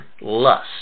lust